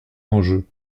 enjeu